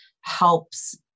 helps